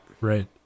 Right